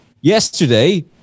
Yesterday